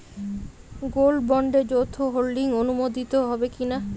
Gold বন্ডে যৌথ holding অনুমোদিত হবে কিনা?